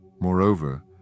moreover